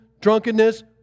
drunkenness